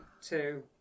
two